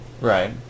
Right